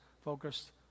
focused